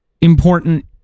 important